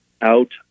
out